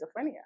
schizophrenia